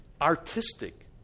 artistic